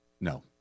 No